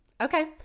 Okay